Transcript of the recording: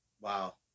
Wow